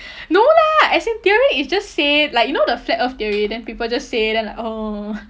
no lah as in theory is just say like you know the flat earth theory then people just say then like oh